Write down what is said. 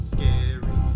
Scary